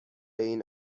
این